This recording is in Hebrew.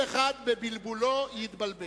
כל אחד בבלבולו יתבלבל.